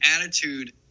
attitude